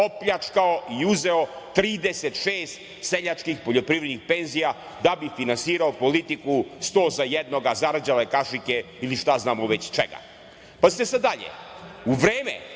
opljačkao i uzeo 36 seljačkih poljoprivrednih penzija, da bi finansirao politiku 100 za jednoga, zarđale kašike ili šta znam već čega. Pazite sada dalje, u vreme